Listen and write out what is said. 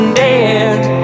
dead